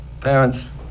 parents